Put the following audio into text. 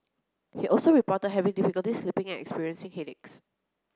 he also reported having difficulty sleeping and experiencing headaches